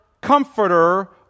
comforter